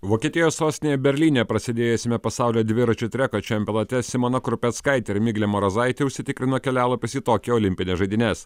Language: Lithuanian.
vokietijos sostinėj berlyne prasidėjusiame pasaulio dviračių treko čempionate simona krupeckaitė ir miglė marozaitė užsitikrino kelialapius į tokijo olimpines žaidynes